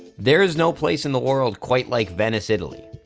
there's no place in the world quite like venice, italy.